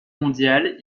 mondiale